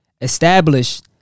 established